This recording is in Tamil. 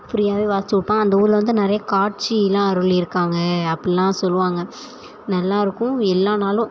ஃப்ரீயாகவே வாசித்து கொடுப்பாங்க அந்த ஊரில் வந்து நிறைய காட்சிலாம் அருளியிருக்காங்க அப்பிடிலாம் சொல்வாங்க நல்லா இருக்கும் எல்லா நாளும்